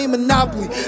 Monopoly